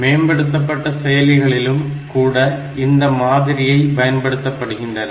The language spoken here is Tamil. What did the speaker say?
மேம்படுத்தப்பட்ட செயலிகளிலும் கூட இந்த மாதிரியை பயன்படுத்துகின்றன